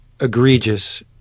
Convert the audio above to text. egregious